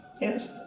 Yes